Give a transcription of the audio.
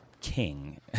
king